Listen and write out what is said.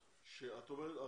מה שהוא אומר בעצם, את אמרת